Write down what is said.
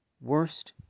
worst